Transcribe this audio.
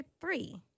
three